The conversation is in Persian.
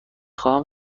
خواهم